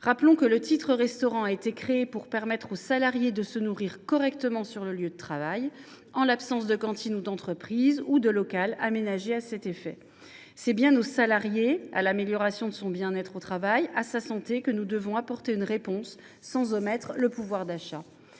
Rappelons que ce titre a été créé pour permettre aux salariés de se nourrir correctement sur leur lieu de travail, en l’absence de cantine d’entreprise ou de local aménagé à cet effet. C’est bien au salarié, à l’amélioration de son bien être au travail et à sa santé, sans omettre le pouvoir d’achat,